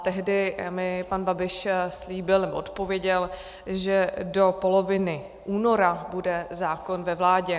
Tehdy mi pan Babiš slíbil, nebo odpověděl, že do poloviny února bude zákon ve vládě.